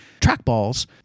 trackballs